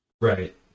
Right